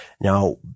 Now